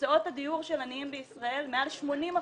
הוצאות הדיור של עניים בישראל מעל 80%